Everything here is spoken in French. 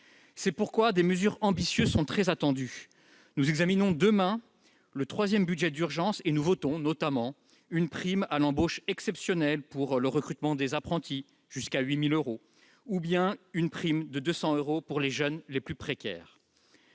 C'est pourquoi des mesures ambitieuses sont très attendues. Nous examinerons demain le troisième budget d'urgence, dans lequel figurent, notamment, une prime à l'embauche exceptionnelle pour le recrutement des apprentis, allant jusqu'à 8 000 euros, ou bien une prime de 200 euros pour les jeunes les plus précaires.